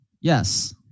Yes